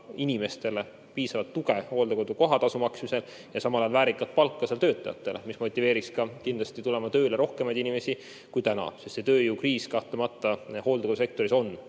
inimestele piisavat tuge hooldekodu kohatasu maksmisel ja samal ajal maksa väärilist palka seal töötajatele. See motiveeriks kindlasti tulema tööle rohkemaid inimesi kui täna. Tööjõukriis kahtlemata hooldussektoris on.